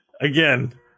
Again